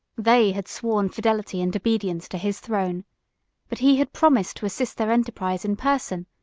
they had sworn fidelity and obedience to his throne but he had promised to assist their enterprise in person,